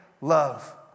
love